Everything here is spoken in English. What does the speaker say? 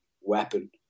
weapon